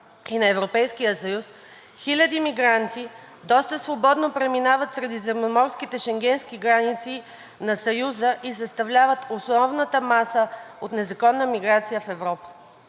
и на Европейския съюз, хиляди мигранти доста свободно преминават средиземноморските шенгенски граници на Съюза и съставляват основната маса от незаконна миграция в Европа.